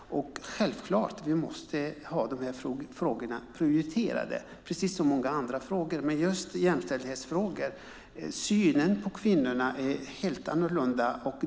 Självklart måste vi prioritera dessa frågor, precis som många andra frågor. Men just jämställdhetsfrågorna och synen på kvinnorna är helt annorlunda.